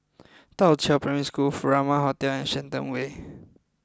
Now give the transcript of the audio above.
Da Qiao Primary School Furama Hotel and Shenton Way